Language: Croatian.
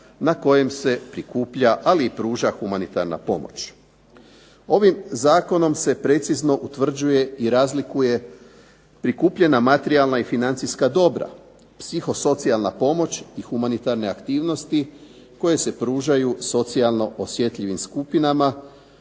na kojem se prikuplja ali i pruža humanitarna pomoć. Ovim zakonom se precizno utvrđuje i razlikuje prikupljena materijalna i financijska dobra, psihosocijalna pomoć i humanitarne aktivnosti koje se pružaju socijalno osjetljivim skupinama